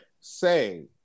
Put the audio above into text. say